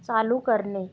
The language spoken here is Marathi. चालू करणे